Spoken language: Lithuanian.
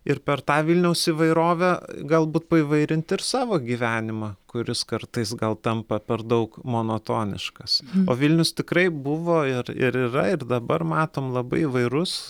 ir per tą vilniaus įvairovę galbūt paįvairint ir savo gyvenimą kuris kartais gal tampa per daug monotoniškas o vilnius tikrai buvo ir ir yra ir dabar matom labai įvairus